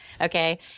okay